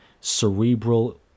cerebral